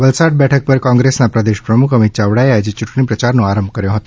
વલસાડ બેઠક પર કોંગ્રસના પ્રદેશ પ્રમુખ અમિત ચાવડાએ આજે ચૂંટણીપ્રચારનો આરંભ કર્યો હતો